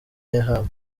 yahawe